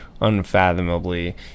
unfathomably